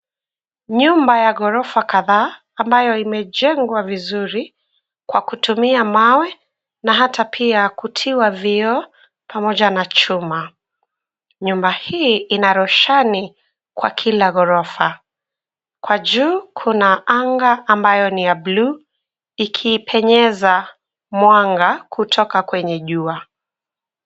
Nyumba ya ghorofa kadhaa ambayo imejengwa vizuri kwa kutumia mawe na hata pia kutiwa vyoo pamoja na chuma, nyumba hii ina roshani kwa kila ghorofa, kwa juu kuna anga ambayo ni ya buluu ikipenyeza mwanga kutoka kwenye jua.